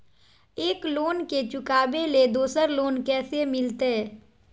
एक लोन के चुकाबे ले दोसर लोन कैसे मिलते?